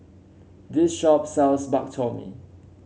this shop sells Bak Chor Mee